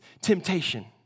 temptation